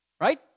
right